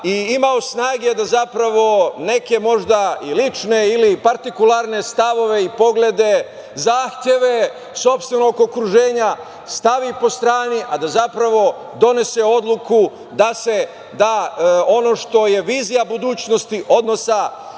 imao snage da zapravo neke možda i lične ili partikularne stavove, poglede, zahteve sopstvenog okruženja stavi po strani, a da zapravo donese odluku da se da ono što je vizija budućnosti